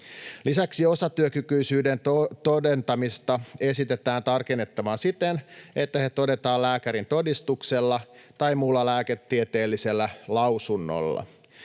Lisäksi osatyökykyisyyden todentamista esitetään tarkennettavan siten, että se todetaan lääkärintodistuksella tai muulla lääketieteellisellä lausunnolla.